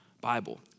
Bible